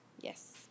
Yes